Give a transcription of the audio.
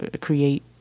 create